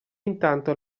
intanto